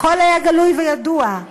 הכול היה גלוי וידוע.